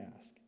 ask